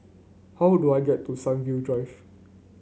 how do I get to Sunview Drive